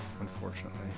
unfortunately